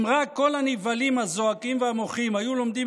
אם רק כל הנבהלים הזועקים והמוחים היו לומדים